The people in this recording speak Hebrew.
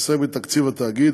העוסק בתקציב התאגיד.